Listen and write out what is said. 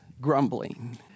grumbling